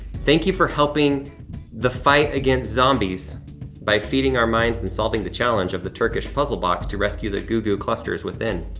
thank you for helping the fight against zombies by feeding our minds and solving the challenge of the turkish puzzle box to rescue the goo goo clusters within.